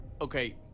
Okay